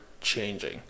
changing